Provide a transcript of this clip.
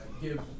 give